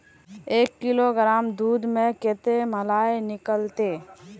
एक किलोग्राम दूध में कते मलाई निकलते?